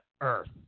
earth